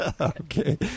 Okay